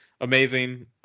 Amazing